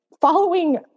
following